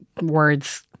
words